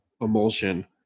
emulsion